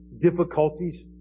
difficulties